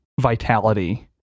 vitality